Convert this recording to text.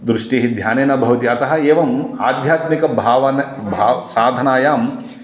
दृष्टिः ध्यानेन भवति अतः एवं आध्यात्मिकभावना भाव साधनायाम्